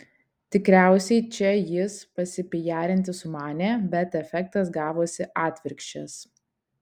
tikriausiai čia jis pasipijarinti sumanė bet efektas gavosi atvirkščias